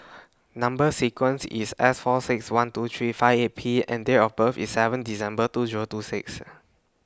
Number sequence IS S four six one two three five eight P and Date of birth IS seven December two Zero two six